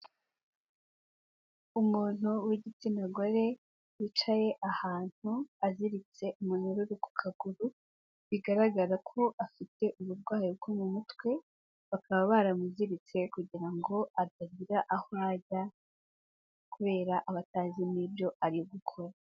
Umuntu w'igitsina gore wicaye ahantu aziritse umunyururu ku kaguru, bigaragara ko afite uburwayi bwo mu mutwe, bakaba baramuziritse kugira ngo atagira aho ajya, kubera aba atazi n'ibyo ari gukora.